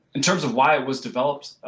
in terms of why it was developed,